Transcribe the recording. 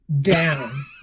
down